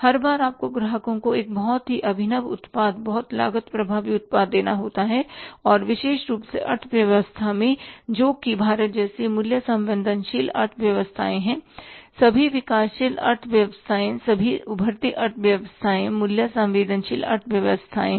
हर बार आपको ग्राहकों को एक बहुत ही अभिनव उत्पाद बहुत लागत प्रभावी उत्पाद देना होता है और विशेष रूप से अर्थव्यवस्था में जो कि भारत जैसी मूल्य संवेदनशील अर्थव्यवस्थाएं हैं सभी विकासशील अर्थव्यवस्थाएं सभी उभरती अर्थव्यवस्थाएं मूल्य संवेदनशील अर्थव्यवस्थाएं हैं